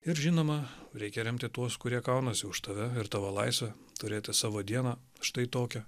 ir žinoma reikia remti tuos kurie kaunasi už tave ir tavo laisvę turėti savo dieną štai tokią